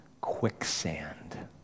quicksand